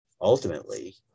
ultimately